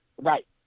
Right